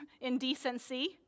indecency